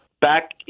Back